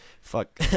Fuck